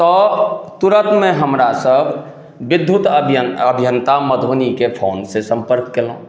तऽ तुरन्तमे हमरासभ विद्युत अभिय अभियन्ता मधुबनीके फोन से सम्पर्क केलहुॅं